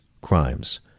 crimes